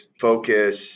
focus